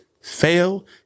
Fail